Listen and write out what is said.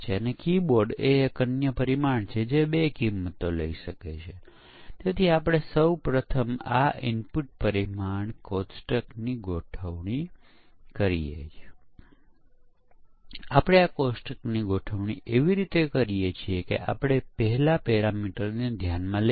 અને તેથી તેમાં મોટાભાગના ખામી છે અન્ય મોડ્યુલો કાં તો નાના છે તેથી તેમાં સમસ્યાઓ ઓછી છે અથવા એક મોડ્યુલ ખૂબ અનુભવી પ્રોગ્રામર દ્વારા લખાયેલ છે જેણે સમસ્યાને ખૂબ સારી રીતે સમજી હતી અને જેથી ત્યાં ખૂબ જ ઓછી સમસ્યાઓ આવી હતી